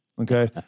Okay